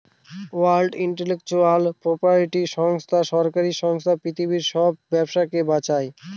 world intellectual property সংস্থা সরকারি সংস্থা পৃথিবীর সব ব্যবসাকে বাঁচায়